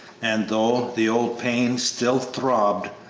and, though the old pain still throbbed,